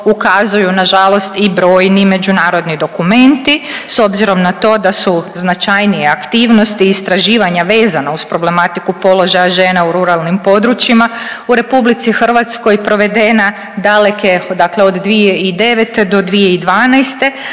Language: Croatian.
ukazuju nažalost i brojni međunarodni dokumenti. S obzirom na to da su značajnije aktivnosti i istraživanja vezana uz problematiku položaja žena u ruralnim područjima u RH provedena daleke, dakle od 2009. do 2012.,